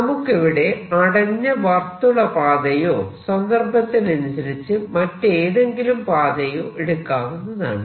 നമുക്കിവിടെ അടഞ്ഞ വർത്തുള പാതയോ സന്ദർഭത്തിനനുസരിച്ച് മറ്റേതെങ്കിലും പാതയോ എടുക്കാവുന്നതാണ്